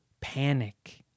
panic